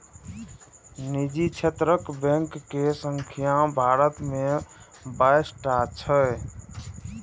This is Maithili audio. निजी क्षेत्रक बैंक के संख्या भारत मे बाइस टा छै